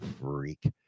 freak